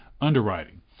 underwriting